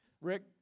Rick